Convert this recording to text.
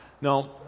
Now